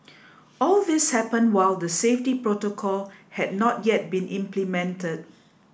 all this happened while the safety protocol had not yet been implemented